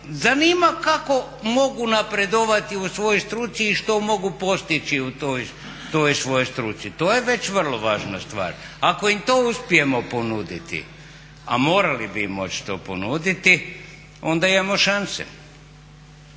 zanima kako mogu napredovati u svojoj struci i što mogu postići u toj svojoj struci, to je već vrlo važna stvar. Ako im to uspijemo ponuditi, a morali bi im moći to ponuditi onda imamo šanse.